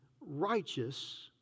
righteous